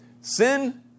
Sin